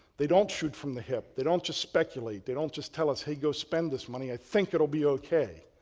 they don't shoot from the hip, they don't just speculate, they don't just tell us, hey, go spend this money. i think it will be ok.